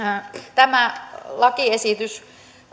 tämä lakiesitys